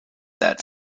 that